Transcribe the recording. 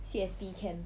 C_S_P camp